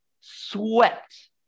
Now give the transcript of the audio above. swept